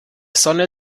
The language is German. sonne